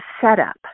setup